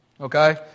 okay